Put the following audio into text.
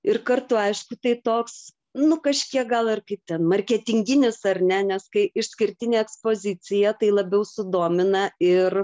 ir kartu aišku tai toks nu kažkiek gal ir kaip ten marketinginis ar ne nes kai išskirtinė ekspozicija tai labiau sudomina ir